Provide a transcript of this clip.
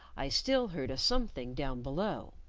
i still heard a something down below,